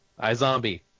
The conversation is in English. iZombie